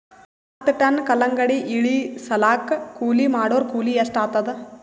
ಹತ್ತ ಟನ್ ಕಲ್ಲಂಗಡಿ ಇಳಿಸಲಾಕ ಕೂಲಿ ಮಾಡೊರ ಕೂಲಿ ಎಷ್ಟಾತಾದ?